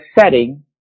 setting